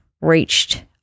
reached